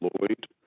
Lloyd